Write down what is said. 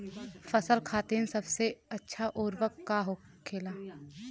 फसल खातीन सबसे अच्छा उर्वरक का होखेला?